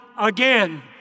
again